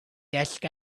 desk